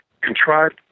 contrived